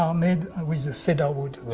um made with cedar wood.